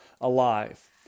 alive